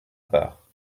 part